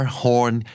horn